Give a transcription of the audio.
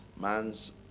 Man's